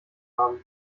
haben